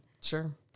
Sure